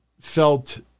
felt